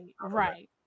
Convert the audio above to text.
right